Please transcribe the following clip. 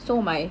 so my